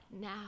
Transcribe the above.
now